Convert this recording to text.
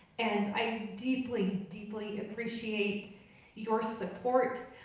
and i deeply, deeply appreciate your support.